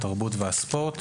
התרבות והספורט".